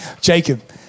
Jacob